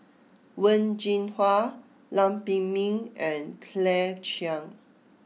Wen Jinhua Lam Pin Min and Claire Chiang